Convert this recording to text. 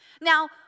Now